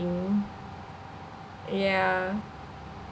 yeah